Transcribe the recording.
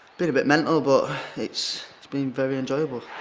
bit bit mental, but it's been very enjoyable.